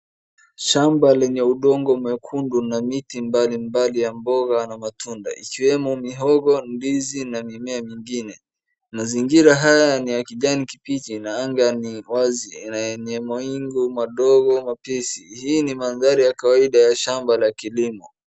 Shamba lenye udongo mwekundu na miti mbalimbali ya mboga na matunda ikiwemo mihogo, ndizi, na mimea mingine. Mazingira haya ni ya kijani kibichi na anga ni wazi na yenye mawingu madogo mepesi. Hii ni mandhari ya kawaida ya shamba la kilimo.